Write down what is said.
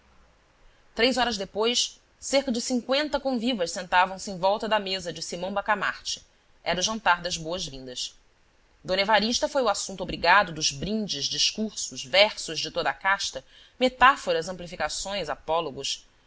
três horas depois cerca de cinqüenta convivas sentavam-se em volta da mesa de simão bacamarte era o jantar das boas-vindas d evarista foi o assunto obrigado dos brindes discursos versos de toda a casta metáforas amplificações apólogos